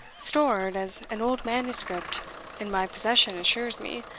stored, as an old manuscript in my possession assures me,